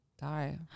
die